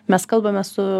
mes kalbame su